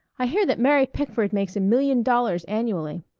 i hear that mary pickford makes a million dollars annually.